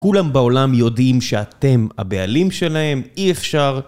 כולם בעולם יודעים שאתם הבעלים שלהם, אי אפשר.